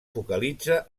focalitza